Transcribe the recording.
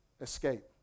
escape